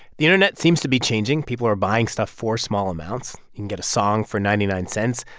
the internet seems to be changing. people are buying stuff for small amounts. you can get a song for ninety nine cents,